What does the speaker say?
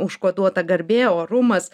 užkoduota garbė orumas